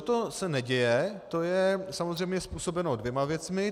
To, že se to neděje, to je samozřejmě způsobeno dvěma věcmi.